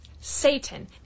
Satan